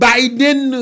Biden